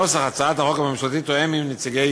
נוסח הצעת החוק הממשלתית תואם עם נציגי